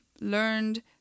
learned